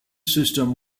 system